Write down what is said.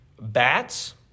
bats